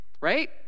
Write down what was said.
Right